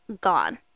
gone